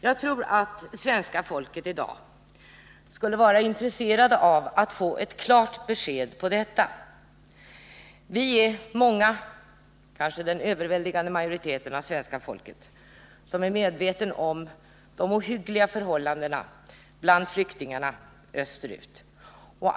Jagtror att svenska folket är intresserat av att få ett klart besked om detta. Vi är många — kanske den överväldigande majoriteten av svenska folket — som är medvetna om de ohyggliga förhållandena bland flyktingarna i öster.